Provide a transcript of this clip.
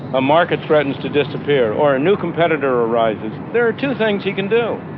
a market threatens to disappear, or a new competitor arises, there are two things he can do.